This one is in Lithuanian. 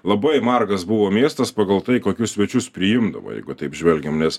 labai margas buvo miestas pagal tai kokius svečius priimdavo jeigu taip žvelgiam nes